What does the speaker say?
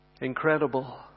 Incredible